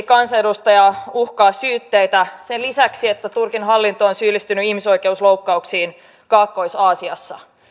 kansanedustajaa uhkaavat syytteet sen lisäksi että turkin hallinto on syyllistynyt ihmisoikeusloukkauksiin kaakkois aasiassa